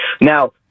Now